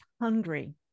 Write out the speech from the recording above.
hungry